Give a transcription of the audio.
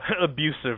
abusive